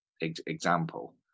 example